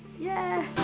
yeah